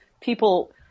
people